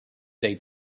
date